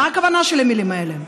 מה הכוונה של המילים האלה?